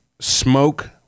smoke